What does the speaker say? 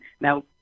Now